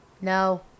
no